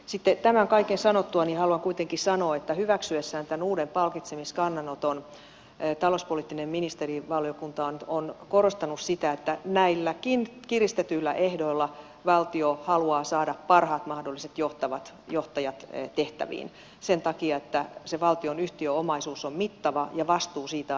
sitten tämän kaiken sanottuani haluan kuitenkin sanoa että hyväksyessään tämän uuden palkitsemiskannanoton talouspoliittinen ministerivaliokunta on korostanut sitä että näillä kiristetyillä ehdoillakin valtio haluaa saada parhaat mahdolliset johtajat tehtäviin sen takia että se valtion yhtiöomaisuus on mittava ja vastuu siitä on erittäin suuri